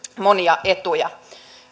monia etuja